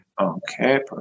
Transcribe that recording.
Okay